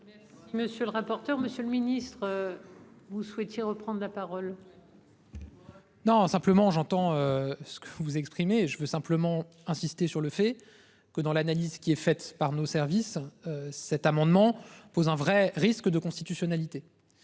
Monsieur le rapporteur. Monsieur le ministre. Vous souhaitiez reprendre la parole. Non, simplement j'entends ce que vous vous exprimez, je veux simplement insister sur le fait que dans l'analyse qui est faite par nos services. Cet amendement pose un vrai risque de constitutionnalité.